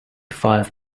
five